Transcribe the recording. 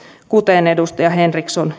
kuten edustaja henriksson